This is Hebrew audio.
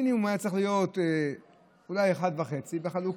מינימום היה צריך להיות אולי 1.5 בחלוקה,